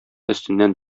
өстеннән